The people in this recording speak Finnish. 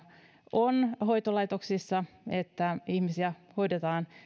on hoitolaitoksissa että ihmisiä hoidetaan